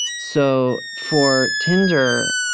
so for tinder,